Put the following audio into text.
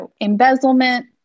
embezzlement